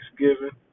Thanksgiving